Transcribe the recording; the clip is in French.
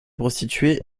prostituées